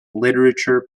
literature